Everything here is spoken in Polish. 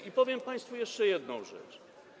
I powiem państwu jeszcze jedną rzecz.